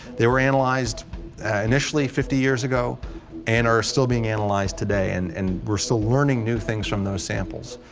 they were analyzed initially fifty years ago and are still being analyzed today and and we're still learning new things from those samples,